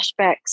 flashbacks